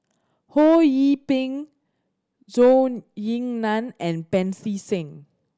Ho Yee Ping Zhou Ying Nan and Pancy Seng